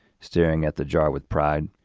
staring at the jar with pride.